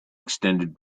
extended